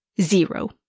zero